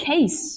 case